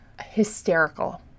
Hysterical